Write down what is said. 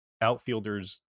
outfielders